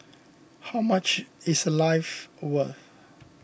how much is a life worth